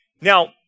Now